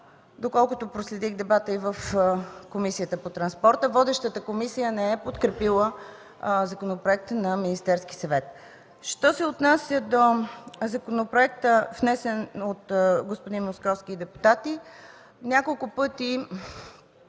доколкото проследих дебата в Комисията по транспорта, водещата комисия не е подкрепила законопроекта на Министерския съвет. Що се отнася до законопроекта, внесен от господин Московски и депутати, няколко пъти